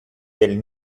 del